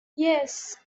yes